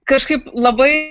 kažkaip labai